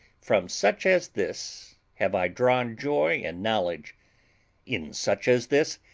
from such as this, have i drawn joy and knowledge in such as this,